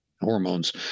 hormones